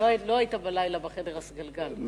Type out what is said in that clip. לא היית בלילה בחדר הסגלגל.